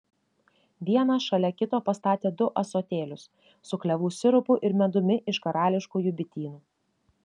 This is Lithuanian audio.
vieną šalia kito pastatė du ąsotėlius su klevų sirupu ir medumi iš karališkųjų bitynų